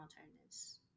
alternatives